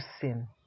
sin